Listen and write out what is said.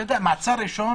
אתה יודע, מעצר ראשון,